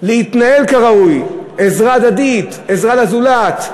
להתנהל כראוי עזרה הדדית, עזרה לזולת,